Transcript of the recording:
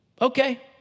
Okay